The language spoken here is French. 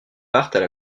partent